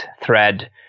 thread